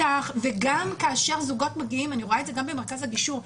וגם כאשר זוגות מגיעים ואני רואה את זה גם במרכז הגישור: